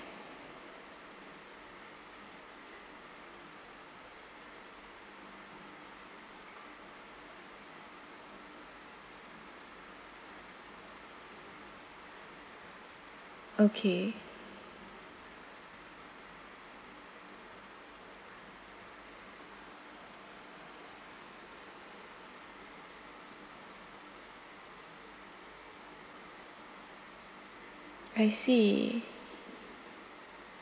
okay I see